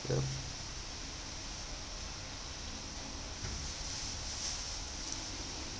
ya